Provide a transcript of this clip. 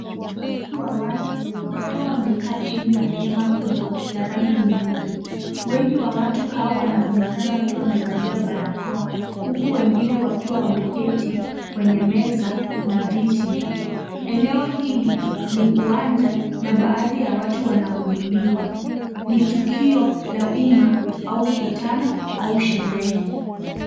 Umati wa watu wakiwa wamekaa chini ya hema kubwa la rangi nyeupe. Wengi wa watu hawa wanaonekana wakiwa wamevalia barakoa, huku wengine wakiwa wameketi kwenye meza na viti. Eneo hili ni uwanja na baadhi ya watu wanahudumiwa. Ni tukio la umma au mkutano au sherehe.